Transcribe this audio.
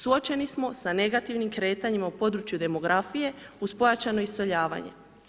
Suočeni smo sa negativnim kretanjima u području demografije uz pojačano iseljavanje.